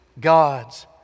God's